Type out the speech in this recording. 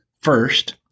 First